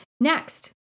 Next